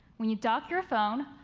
when you dock your phone,